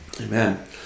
Amen